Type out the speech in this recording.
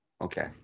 Okay